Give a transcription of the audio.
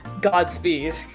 Godspeed